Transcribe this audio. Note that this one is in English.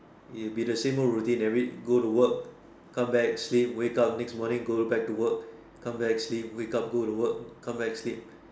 it'll be the same routine every go to work come back sleep wake up next morning go to back to work come back sleep wake up go to work come back sleep